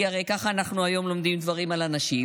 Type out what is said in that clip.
כי הרי ככה אנחנו היום לומדים דברים על אנשים,